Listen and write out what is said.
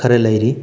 ꯈꯔ ꯂꯩꯔꯤ